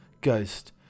ghost